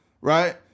Right